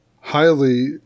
highly